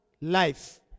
Life